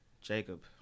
Jacob